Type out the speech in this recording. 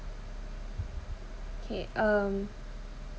K um